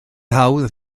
hawdd